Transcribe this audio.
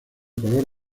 color